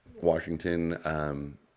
Washington